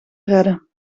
redden